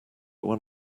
when